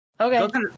Okay